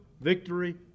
victory